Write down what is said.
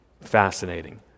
Fascinating